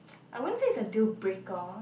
I won't say is a deal breaker